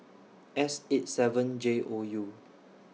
S eight seven J O U